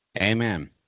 Amen